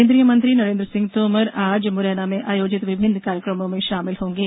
केन्द्रीय मंत्री नरेन्द्र सिंह तोमर आज मुरैना में आयोजित विभिन्न कार्यक्रमों में शामिल होंगे